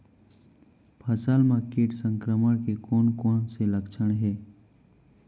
फसल म किट संक्रमण के कोन कोन से लक्षण हे?